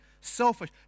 selfish